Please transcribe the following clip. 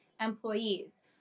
employees